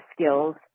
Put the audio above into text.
skills